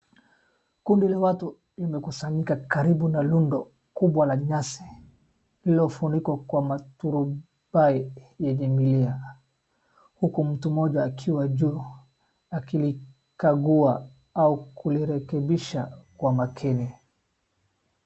Kundi la watu limekusanyika karibu na rundo kubwa la nyasi lilofunikwa kwa matrubai yenye milia. Huku mtu mmoja akiwa juu akilikagua au kulireekebisha kwa makini.